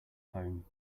home